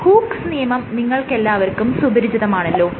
Hooke's നിയമം Hooke's Law നിങ്ങൾക്കെല്ലാവർക്കും സുപരിചിതമാണല്ലോ